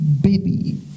baby